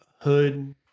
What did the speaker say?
hood